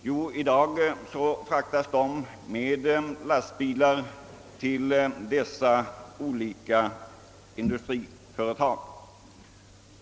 Jo, nu fraktas potatisen med lastbilar till de olika industriföretagen.